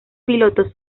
pilotos